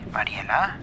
Mariela